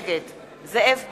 נגד זאב בוים,